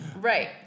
Right